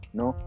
no